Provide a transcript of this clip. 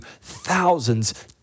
thousands